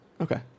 okay